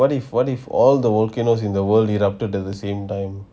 what if what if all the volcanoes in the world erupted at the same time